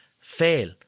fail